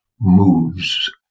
moves